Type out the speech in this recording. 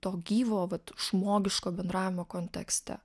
to gyvo vat žmogiško bendravimo kontekste